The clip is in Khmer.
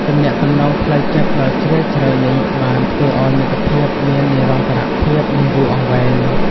ទំនាក់ទំនងផ្លូវចិត្តដ៏ជ្រាលជ្រៅនេះបានធ្វើឱ្យមិត្តភាពមាននិរន្តរភាពនិងយូរអង្វែង។